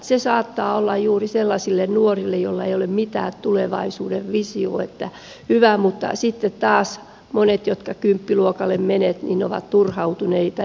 se saattaa olla hyvä juuri sellaisille nuorille joilla ei ole mitään tulevaisuuden visioita mutta sitten taas monet jotka kymppiluokalle menevät ovat turhautuneita